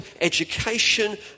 education